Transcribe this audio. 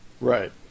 Right